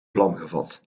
vlamgevat